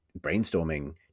brainstorming